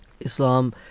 Islam